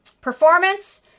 Performance